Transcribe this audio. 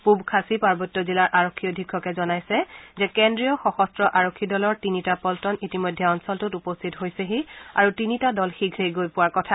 পূব খাছী পাৰ্বত্য জিলাৰ আৰক্ষী অধীক্ষকে জনাইছে যে কেন্দ্ৰীয় সশস্ত্ৰ আৰক্ষী দলৰ তিনিটা পশ্টন ইতিমধ্যে অঞ্চলটোত উপস্থিত হৈছেহি আৰু আৰু তিনিটা দল শীঘ্ৰেই গৈ পোৱাৰ কথা